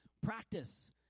Practice